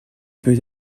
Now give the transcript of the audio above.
peut